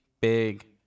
big